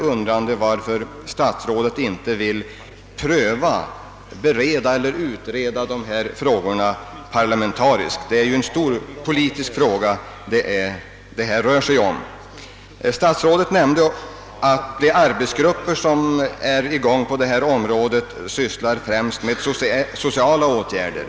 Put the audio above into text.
Jag undrar varför statsrådet inte vill utreda dessa frågor parla: mentariskt eftersom det rör sig om stora politiska spörsmål. Statsrådet nämnde att de arbetsgrupper som arbetar på detta område främst ägnar sig åt sociala åtgärder.